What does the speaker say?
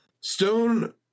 Stone